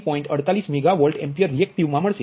48 megavolt ampere reactive મા મળશે